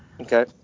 Okay